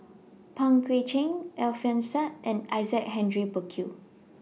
Pang Guek Cheng Alfian Sa'at and Isaac Henry Burkill